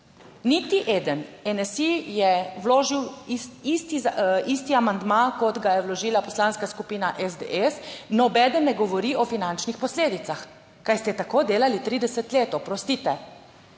posledice - NSi je vložil isti amandma, kot ga je vložila Poslanska skupina SDS -, nobeden ne govori o finančnih posledicah. Kaj ste tako delali 30 let, oprostite?